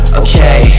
okay